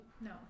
No